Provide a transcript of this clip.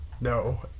No